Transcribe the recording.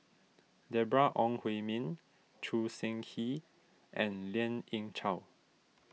Deborah Ong Hui Min Choo Seng Quee and Lien Ying Chow